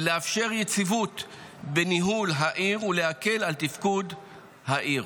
ולאפשר יציבות בניהול העיר ולהקל על תפקוד העיר,